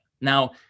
Now